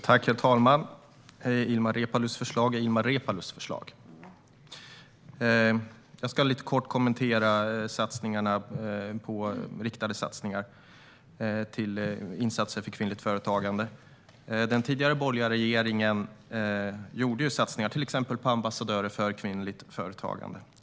Herr talman! Ilmar Reepalus förslag är Ilmar Reepalus förslag. Jag ska kortfattat kommentera de riktade satsningarna på insatser för kvinnligt företagande. Den tidigare borgerliga regeringen gjorde satsningar, till exempel på ambassadörer för kvinnligt företagande.